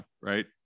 Right